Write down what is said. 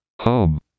Home